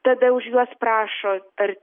tada už juos prašo ar